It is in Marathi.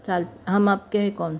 चाल हम आपके है कौन